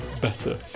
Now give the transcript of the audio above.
better